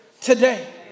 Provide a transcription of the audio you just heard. today